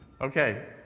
Okay